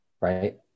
Right